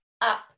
up